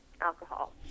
alcohol